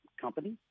company